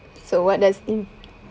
so what does in